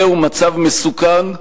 זהו מצב מסוכן,